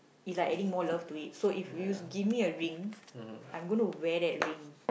is like adding more love to it so if you give me a ring I'm gonna wear that ring